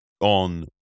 on